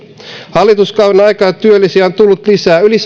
hallituskauden aikana työllisiä on tullut lisää yli